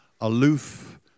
aloof